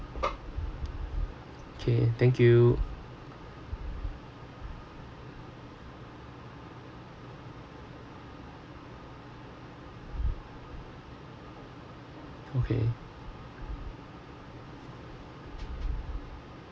okay thank you okay